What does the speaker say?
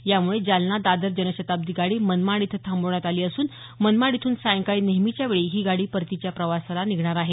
यामुळे जालना दादर जनशताब्दी गाडी मनमाड इथं थांबवण्यात आली असून मनमाड इथून सायंकाळी नेहमीच्यावेळी ही गाडी परतीच्या प्रवासाला निघणार आहे